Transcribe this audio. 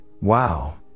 Wow